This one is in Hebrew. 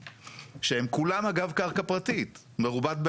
שהם כולם אגב קרקע פרטית מרובת בעלים.